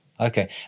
Okay